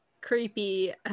creepy